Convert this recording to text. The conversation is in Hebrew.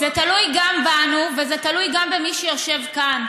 זה תלוי גם בנו וזה תלוי גם במי שיושב כאן,